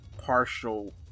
partial